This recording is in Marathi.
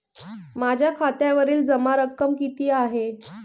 माझ्या खात्यावरील जमा रक्कम किती आहे?